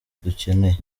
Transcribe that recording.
dukeneye